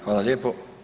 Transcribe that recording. Hvala lijepo.